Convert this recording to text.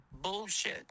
Bullshit